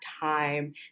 time